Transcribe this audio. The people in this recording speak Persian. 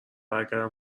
برگردم